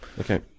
Okay